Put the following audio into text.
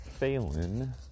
Phalen